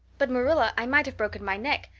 but, marilla, i might have broken my neck.